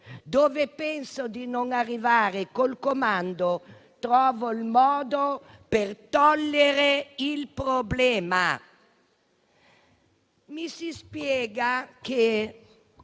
dove penso di non arrivare col comando, trovo il modo per togliere il problema. Mi si spiega che,